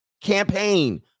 campaign